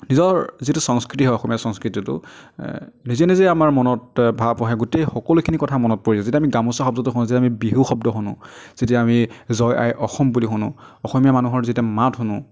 নিজৰ যিটো সংস্কৃতি হয় অসমীয়া সংস্কৃতিটো নিজে নিজেই আমাৰ মনত ভাব আহে গোটেই সকলোখিনি কথা মনত পৰে যেতিয়া আমি গামোচা শব্দটো শুনো যে আমি বিহু শব্দ শুনো যেতিয়া আমি জয় আই অসম বুলি শুনো অসমীয়া মানুহৰ যেতিয়া মাত শুনো